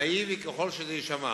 נאיבי ככל שזה יישמע,